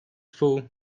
fall